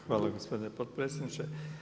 Hvala gospodine potpredsjedniče.